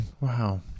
wow